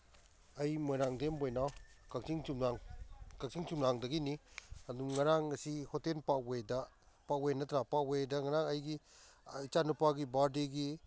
ꯑꯩ ꯃꯣꯏꯔꯥꯡꯊꯦꯝ ꯕꯣꯏꯅꯥꯎ ꯀꯛꯆꯤꯡ ꯀꯛꯆꯤꯡ ꯆꯨꯝꯅꯥꯝꯗꯒꯤꯅꯤ ꯑꯗꯨꯝ ꯉꯔꯥꯡ ꯉꯁꯤ ꯍꯣꯇꯦꯜ ꯄꯥꯛꯋꯦꯗ ꯄꯥꯛꯋꯦ ꯅꯠꯇ꯭ꯔꯥ ꯄꯥꯛꯋꯦꯗ ꯉꯔꯥꯡ ꯑꯩꯒꯤ ꯏꯆꯥ ꯅꯨꯄꯥꯒꯤ ꯕꯥꯔꯗꯦꯒꯤ